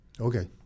Okay